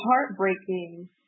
heartbreaking